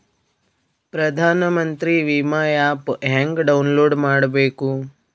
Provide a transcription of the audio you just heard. ಪ್ರಧಾನಮಂತ್ರಿ ವಿಮಾ ಆ್ಯಪ್ ಹೆಂಗ ಡೌನ್ಲೋಡ್ ಮಾಡಬೇಕು?